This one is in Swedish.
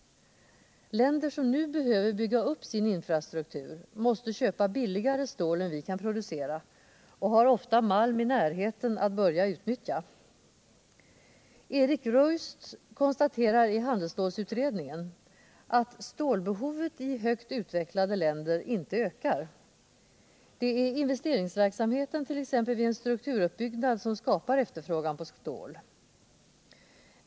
Länder som nu behöver bygga upp sin infrastruktur måste köpa billigare stål än vi kan producera, och de har ofta malm i närheten att börja utnyttja. Erik Ruist konstaterar i handelsstålutredningen att stålbehovet i högt utvecklade länder inte ökar. Det är investeringsverksamheten, t.ex. vid en strukturuppbyggnad, som skapar efterfrågan på stål.